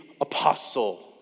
apostle